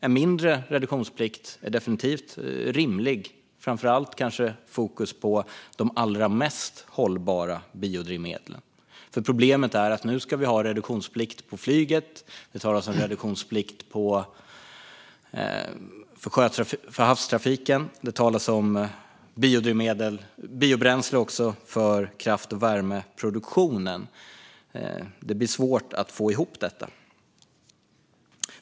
En mindre reduktionsplikt är definitivt rimlig, kanske framför allt med fokus på de allra mest hållbara biodrivmedlen. Problemet är att vi nu ska ha reduktionsplikt även för flyget. Det talas även om reduktionsplikt för havstrafiken, och det talas om biobränsle för kraft och värmeproduktionen. Det blir svårt att få ihop detta.